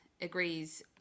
agrees